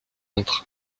entre